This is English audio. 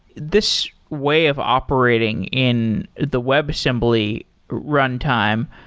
this way of operating in the webassembly runtime